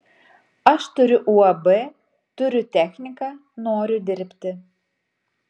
aš turiu uab turiu techniką noriu dirbti